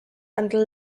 until